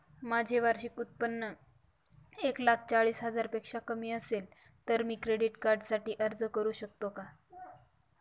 माझे वार्षिक उत्त्पन्न एक लाख चाळीस हजार पेक्षा कमी असेल तर मी क्रेडिट कार्डसाठी अर्ज करु शकतो का?